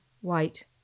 white